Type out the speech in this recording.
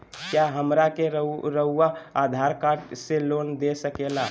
क्या हमरा के रहुआ आधार कार्ड से लोन दे सकेला?